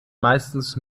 meistens